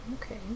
Okay